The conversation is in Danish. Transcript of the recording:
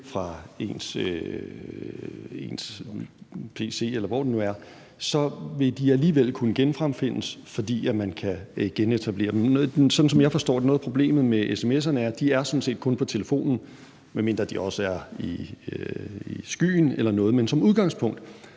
fra ens pc, eller hvor det nu er, er, at de så alligevel vil kunne genfremfindes, fordi man kan genetablere dem. Men sådan som jeg forstår det, er noget af problemet med sms'erne, at de sådan set kun er på telefonen, medmindre de også er i skyen eller noget andet, men som udgangspunkt